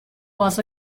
was